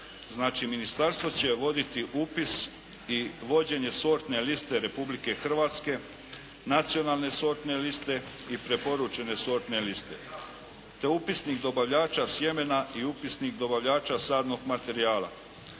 ministarstvo će voditi upis i vođenje sortne liste Republike Hrvatske, nacionalne sortne liste i preporučene sortne liste te upisnik dobavljača sjemena i upisnik dobavljača sadnog materijala,